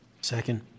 second